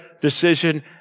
decision